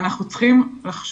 ואנחנו צריכים לחשוב,